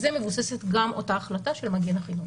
מבוססת גם אותה החלטה של מגן חינוך.